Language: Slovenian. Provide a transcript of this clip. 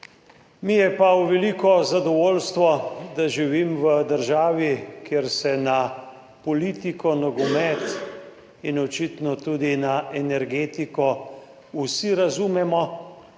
mi je pa v veliko zadovoljstvo, da živim v državi, kjer se na politiko, nogomet in očitno tudi na energetiko vsi razumemo,